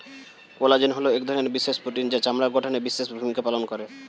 collagen হলো এক ধরনের বিশেষ প্রোটিন যা চামড়ার গঠনে বিশেষ ভূমিকা পালন করে